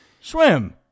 swim